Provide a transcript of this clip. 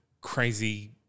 crazy